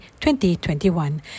2021